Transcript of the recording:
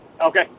Okay